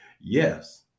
Yes